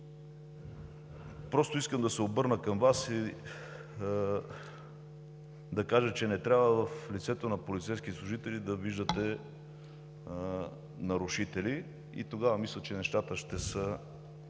Искам да се обърна към Вас и да кажа, че не трябва в лицето на полицейските служители да виждате нарушители и тогава мисля, че нещата ще са